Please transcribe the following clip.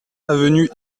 avenue